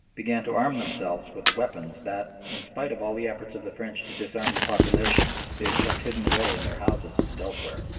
began to arm themselves with the weapons that, in spite of all the efforts of the french to disarm the population, they had kept hidden away in their houses and elsewhere.